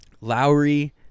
Lowry